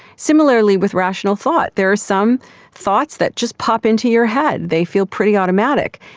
similarly with rational thought, there are some thoughts that just pop into your head, they feel pretty automatic,